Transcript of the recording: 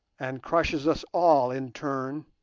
and crushes us all in turn,